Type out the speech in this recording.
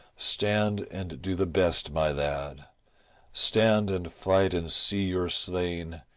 stand and do the best my lad stand and fight and see your slain,